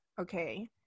okay